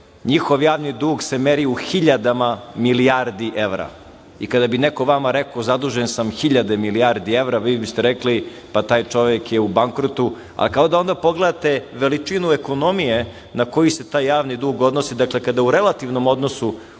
njihov javni dug se meri u hiljadama milijardi evra i kada bi neko vama rekao zadužen sam hiljade milijardi evra, vi biste rekli, pa taj čovek je u bankrotu, a kao da onda pogledate veličinu ekonomije na koju se taj javni dug odnosi. Dakle, kada u relativnom odnosu